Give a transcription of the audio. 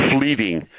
fleeting